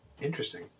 Interesting